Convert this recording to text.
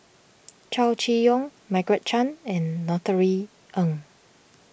Chow Chee Yong Margaret Chan and Norothy Ng